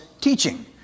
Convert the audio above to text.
teaching